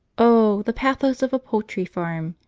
o the pathos of a poultry farm!